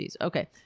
Okay